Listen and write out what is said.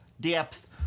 depth